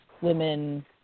women